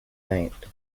night